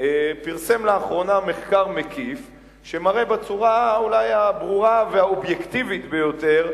פרסם לאחרונה מחקר מקיף שמראה בצורה אולי הברורה והאובייקטיבית ביותר,